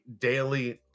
daily